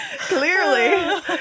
clearly